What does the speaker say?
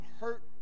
hurt